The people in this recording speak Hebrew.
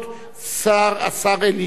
השר אלי ישי,